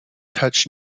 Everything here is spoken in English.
touch